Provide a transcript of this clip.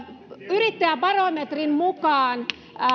yrittäjäbarometrin mukaan